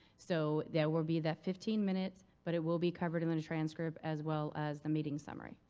so there will be that fifteen minutes, but it will be covered in the transcript as well as the meeting summary.